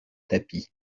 tapis